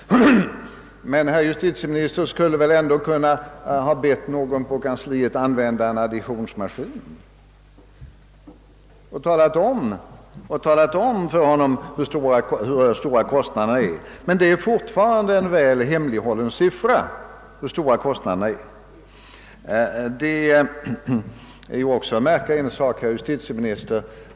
Men herr justitieministern skulle väl ändå ha kunnat be någon på kansliet att använda en additionsmaskin och sedan tala om för honom hur stora de samlade kostnaderna var. Det är fortfarande en hemlighållen siffra. En annan sak är också märklig, herr justitieminister.